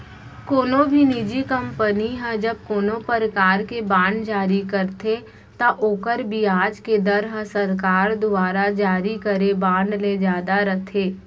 कोनो भी निजी कंपनी ह जब कोनों परकार के बांड जारी करथे त ओकर बियाज के दर ह सरकार दुवारा जारी करे बांड ले जादा रथे